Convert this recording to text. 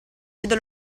vedo